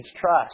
trust